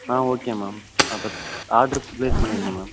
ஆ okay ma'am அப்போ order place பண்ணிடுங்க ma'am